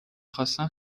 خواستم